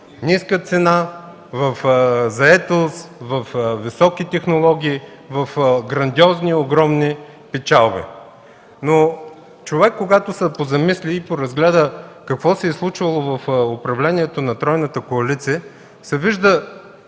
ниска цена, в заетост, във високи технологии, в грандиозни, огромни печалби. Когато човек се позамисли и поразгледа какво се е случвало в управлението на тройната коалиция, вижда